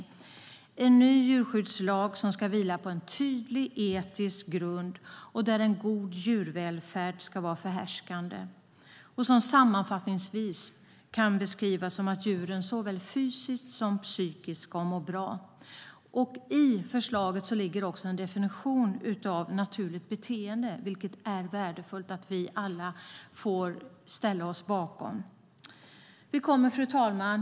Det handlar om en ny djurskyddslag som ska vila på en tydlig etisk grund där en god djurvälfärd ska vara förhärskande. Den kan sammanfattningsvis beskrivas som att djuren såväl fysiskt som psykiskt ska må bra. I förslaget ligger också en definition av naturligt beteende, och det är värdefullt att vi alla får ställa oss bakom det. Fru talman!